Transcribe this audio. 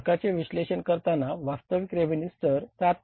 फरकाचे विश्लेषण करताना वास्तविक रेव्हेन्यू स्तर 7